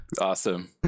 awesome